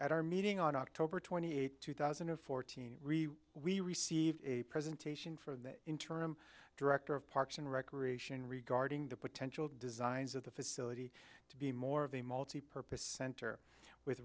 at our meeting on october twenty eighth two thousand and fourteen we received a presentation from the interim director of parks and recreation regarding the potential designs of the facility to be more of a multipurpose center with